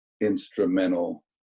instrumental